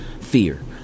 fear